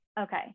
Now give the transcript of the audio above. Okay